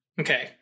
okay